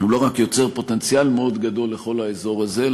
לא רק יוצר פוטנציאל מאוד גדול לכל האזור הזה,